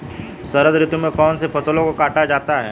शरद ऋतु में कौन सी फसलों को काटा जाता है?